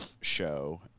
show